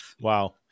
Wow